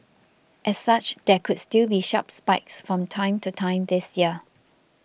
as such there could still be sharp spikes from time to time this year